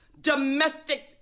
domestic